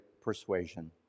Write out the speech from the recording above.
Persuasion